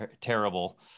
terrible